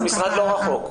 המשרד לא רחוק.